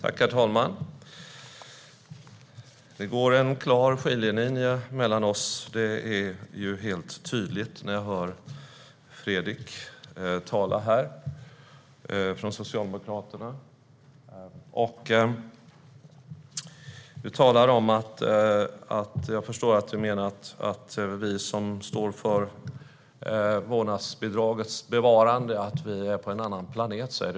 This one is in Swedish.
Herr talman! Det går en klar skiljelinje mellan oss, det blir tydligt när jag hör på Fredrik från Socialdemokraterna. Jag förstår att du menar att vi som står för vårdnadsbidragets bevarande befinner oss på en annan planet.